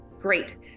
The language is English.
Great